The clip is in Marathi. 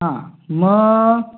हां मग